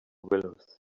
willows